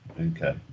Okay